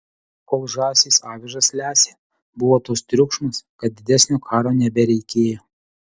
kol žąsys avižas lesė buvo toks triukšmas kad didesnio karo nebereikėjo